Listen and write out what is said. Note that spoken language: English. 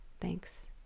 Thanks